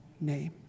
name